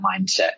mindset